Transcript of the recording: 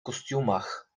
kostiumach